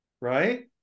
Right